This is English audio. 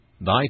Thy